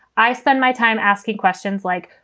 i spend my time asking questions like,